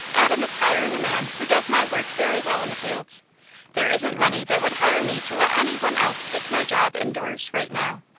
adam is hiring a man who does my work very well in the fields there isn't money that would hire me to let any one else take my job indoors, right now.